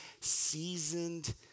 Seasoned